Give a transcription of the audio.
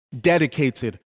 dedicated